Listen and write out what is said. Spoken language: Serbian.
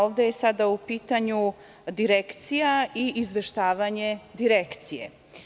Ovde je sada u pitanju Direkcija i izveštavanje Direkcije.